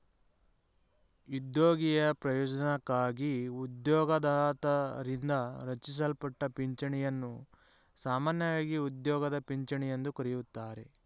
ಉದ್ಯೋಗಿಯ ಪ್ರಯೋಜ್ನಕ್ಕಾಗಿ ಉದ್ಯೋಗದಾತರಿಂದ ರಚಿಸಲ್ಪಟ್ಟ ಪಿಂಚಣಿಯನ್ನು ಸಾಮಾನ್ಯವಾಗಿ ಉದ್ಯೋಗದ ಪಿಂಚಣಿ ಎಂದು ಕರೆಯುತ್ತಾರೆ